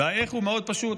ה"איך" הוא מאוד פשוט,